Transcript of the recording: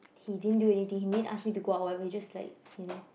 he didn't do anything he didn't ask me to go out whatever he just like you know